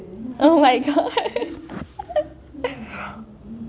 oh my god